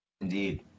Indeed